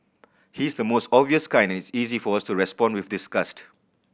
he is the most obvious kind and it's easy for us to respond with disgust